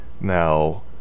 now